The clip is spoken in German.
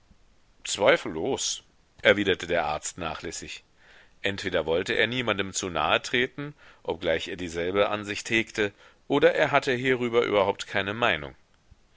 zweifellos erwiderte der arzt nachlässig entweder wollte er niemandem zu nahetreten obgleich er dieselbe ansicht hegte oder er hatte hierüber überhaupt keine meinung